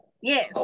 Yes